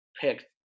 picked